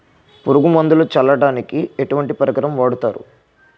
పురుగు మందులు చల్లడానికి ఎటువంటి పరికరం వాడతారు?